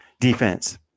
defense